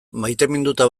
maiteminduta